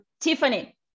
Tiffany